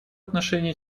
отношении